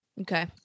Okay